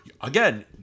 Again